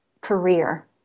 career